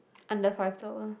under five dollar